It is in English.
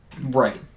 Right